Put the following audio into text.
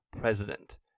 president